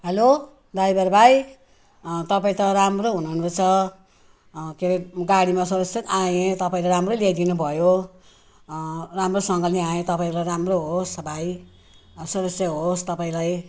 hello driver भाइ तपाईँ त राम्रो हुनु हुँदोरहेछ के अरे गाडीमा सुरक्षित आएँ तपाईँले राम्रै ल्याइदिनु भयो राम्रोसँगले आएँ तपाईँको राम्रो होस् भाइ सर्वस्व होस् तपाईँलाई